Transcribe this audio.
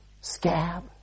Scab